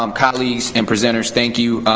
um colleagues and presenters, thank you.